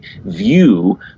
view